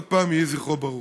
עוד פעם, יהי זכרו ברוך.